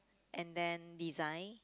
and then design